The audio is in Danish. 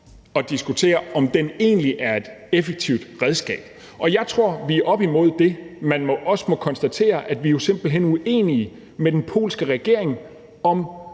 at diskutere, om den egentlig er et effektivt redskab. Jeg tror, vi er oppe imod det, man også må konstatere, nemlig at vi simpelt hen er uenige med den polske regering om,